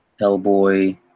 Hellboy